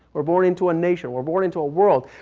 we're born into a nation. we're born into a world.